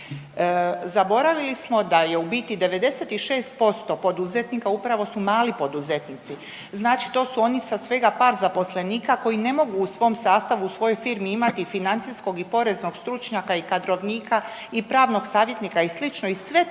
Zaboravili smo da je u biti 96% poduzetnika upravo su mali poduzetnici, znači to su oni sa svega par zaposlenika koji ne mogu u svom sastavu, svojoj firmi imati financijskog i poreznog stručnjaka i kadrovnika i pravnog savjetnika i